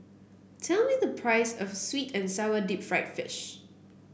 tell me the price of sweet and sour Deep Fried Fish